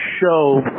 show